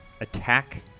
attack